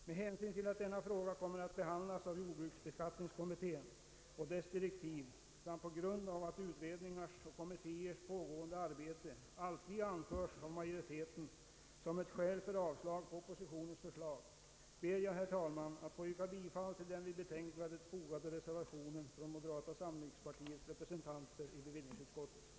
Med hänsyn till att denna fråga kommer att behandlas av jordbruksbeskattningskommittén enligt dess direktiv samt på grund av att utredningars och kommittéers pågående arbete alltid anföres av majoriteten som ett skäl för avslag på oppositionens förslag, ber jag, herr talman, att få yrka bifall till den vid betänkandet fogade reservationen från moderata samlingspartiets representanter i bevillningsutskottet.